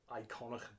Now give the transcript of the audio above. iconic